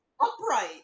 upright